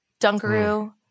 Dunkaroo